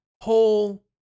whole